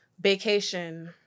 Vacation